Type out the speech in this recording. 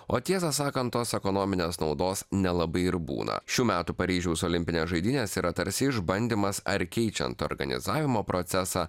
o tiesą sakant tos ekonominės naudos nelabai ir būna šių metų paryžiaus olimpinės žaidynės yra tarsi išbandymas ar keičiant organizavimo procesą